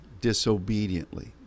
disobediently